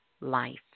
life